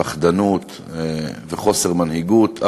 פחדנות וחוסר מנהיגות.